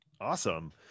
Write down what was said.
Awesome